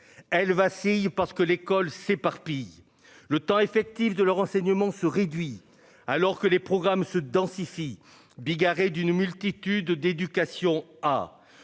elle vacille parce que l'école s'éparpille le temps effectif de leur enseignement se réduit alors que les programmes se densifie bigarrée d'une multitude d'éducation à